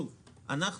תיכף נדבר על מה שיתווסף.